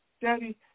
Daddy